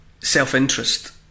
self-interest